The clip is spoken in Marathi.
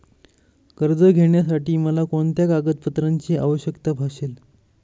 कर्ज घेण्यासाठी मला कोणत्या कागदपत्रांची आवश्यकता भासेल?